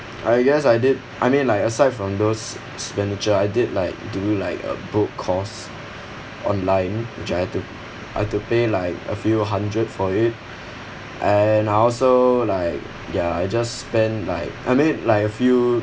I guess I did I mean like aside from those expenditure I did like do like a book course online which I had to I had to pay like a few hundred for it and I also like ya I just spend like I made like a few